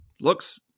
Looks